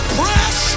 press